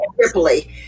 Tripoli